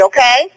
Okay